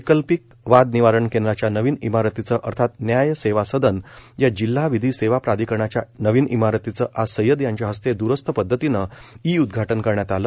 वैकल्पिक वाद निवारण केंद्राच्या नवीन इमारतीचे अर्थात न्याय सेवा सदन या जिल्हा विधी सेवा प्राधिकरणाच्या नवीन इमारतीचे आज सय्यद यांच्या हस्ते दूरस्थ पद्वतीनं ई उद्वाटन करण्यात आले